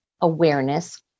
awareness